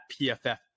PFF